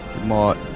more